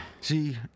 See